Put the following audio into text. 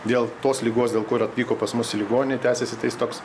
dėl tos ligos dėl kur atvyko pas mus į ligoninę tęsiasi tai jis toks